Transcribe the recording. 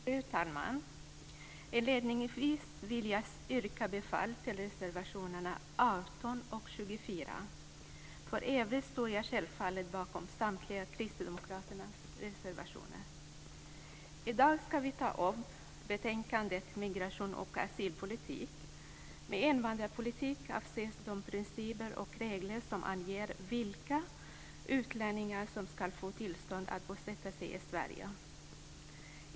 Fru talman! Inledningsvis vill jag yrka bifall till reservationerna 18 och 24. För övrigt står jag självfallet bakom samtliga kristdemokratiska reservationer. I dag ska vi ta upp betänkandet Migration och asylpolitik. Med invandringspolitik avses de principer och regler som anger vilka utlänningar som ska få tillstånd att bosätta sig i Sverige.